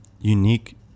unique